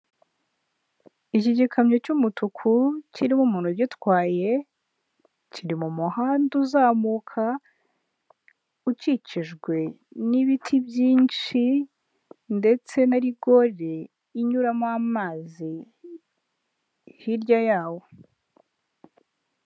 Iki gikamyo cy'umutuku kiriho umuntu ugitwaye, kiri mu muhanda uzamuka ukikijwe n'ibiti byinshi ndetse na rigore inyuramo amazi hirya yawo.